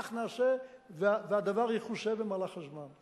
וכך נעשה, והדבר יכוסה במהלך הזמן.